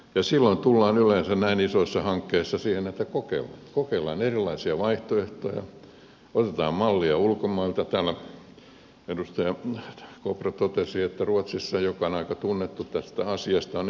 silloin tullaan yleensä näin isoissa hankkeissa siihen että kokeillaan kokeillaan erilaisia vaihtoehtoja otetaan mallia ulkomailta täällä edustaja kopra totesi että ruotsissa joka on aika tunnettu tästä asiasta on ihan toisenlainen malli